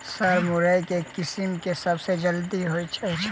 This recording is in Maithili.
सर मुरई केँ किसिम केँ सबसँ जल्दी होइ छै?